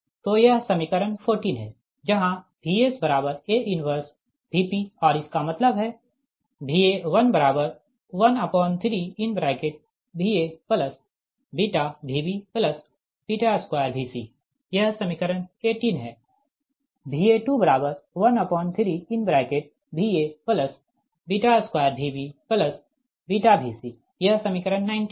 तो यह समीकरण 14 है जहाँ VsA 1 Vp और इसका मतलब है Va113VaβVb2Vc यह समीकरण 18 है Va213Va2VbVc यह समीकरण 19 है Va013VaVbVc यह समीकरण 20 है